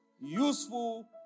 useful